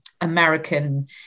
American